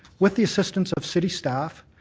with the assisstance of city staff,